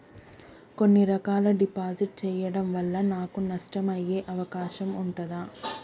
కొన్ని రకాల డిపాజిట్ చెయ్యడం వల్ల నాకు నష్టం అయ్యే అవకాశం ఉంటదా?